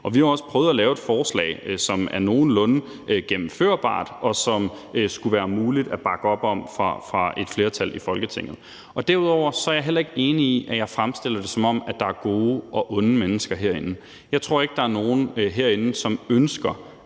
Vi har også prøvet at lave et forslag, som er nogenlunde gennemførbart, og som det skulle være muligt for et flertal i Folketinget at bakke op om. Derudover er jeg heller ikke enig i, at jeg fremstiller det, som om der er gode og onde mennesker herinde. Jeg tror ikke, der er nogen herinde, som ønsker,